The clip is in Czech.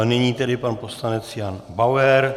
Nyní tedy pan poslanec Jan Bauer.